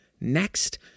Next